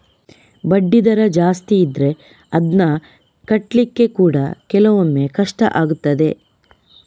ಬಡ್ಡಿ ದರ ಜಾಸ್ತಿ ಇದ್ರೆ ಅದ್ನ ಕಟ್ಲಿಕ್ಕೆ ಕೂಡಾ ಕೆಲವೊಮ್ಮೆ ಕಷ್ಟ ಆಗ್ತದೆ